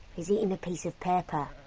he's eating a piece of paper.